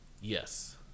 Yes